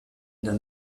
homme